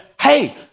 hey